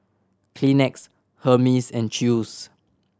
Kleenex Hermes and Chew's